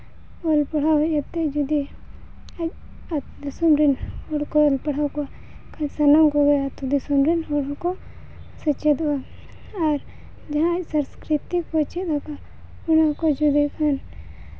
ᱚᱞ ᱯᱟᱲᱦᱟᱣ ᱦᱮᱡ ᱠᱟᱛᱮᱫ ᱡᱩᱫᱤ ᱟᱡ ᱫᱤᱥᱚᱢ ᱨᱮᱱ ᱦᱚᱲ ᱠᱚᱭ ᱚᱞ ᱯᱟᱲᱦᱟᱣ ᱠᱚᱣᱟ ᱠᱷᱟᱱ ᱥᱟᱱᱟᱢ ᱠᱚᱜᱮ ᱟᱹᱛᱩ ᱫᱤᱥᱚᱢ ᱨᱮᱱ ᱦᱚᱲ ᱦᱚᱸᱠᱚ ᱥᱮᱪᱮᱫᱚᱜᱼᱟ ᱟᱨ ᱡᱟᱦᱟᱸ ᱥᱚᱥᱠᱨᱤᱛᱤ ᱠᱚᱭ ᱪᱮᱫ ᱠᱚᱣᱟ ᱚᱱᱟ ᱠᱚ ᱡᱩᱫᱤ ᱠᱷᱟᱱ